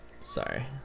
Sorry